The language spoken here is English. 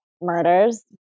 murders